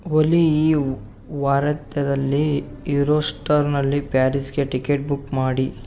ಒಲಿ ಈ ವಾರಾಂತ್ಯದಲ್ಲಿ ಯುರೋಸ್ಟಾರ್ನಲ್ಲಿ ಪ್ಯಾರಿಸ್ಗೆ ಟಿಕೆಟ್ ಬುಕ್ ಮಾಡಿ